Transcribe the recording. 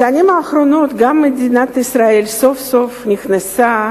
בשנים האחרונות גם מדינת ישראל סוף-סוף נכנסה